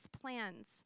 plans